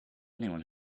anyone